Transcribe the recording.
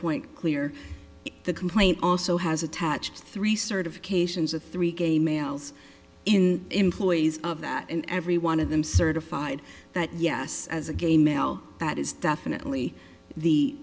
point clear the complaint also has attached three certifications a three game males in employees of that and every one of them certified that yes as a gay male that is definitely the